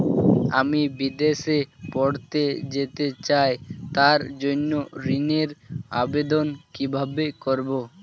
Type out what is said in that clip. আমি বিদেশে পড়তে যেতে চাই তার জন্য ঋণের আবেদন কিভাবে করব?